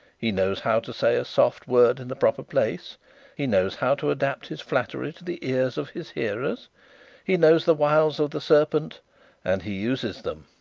he knows how to say a soft word in the proper place he knows how to adapt his flattery to the ears of his hearers he knows the wiles of the serpent and he uses them.